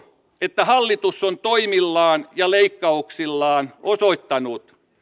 että hallitus on toimillaan ja leikkauksillaan osoittanut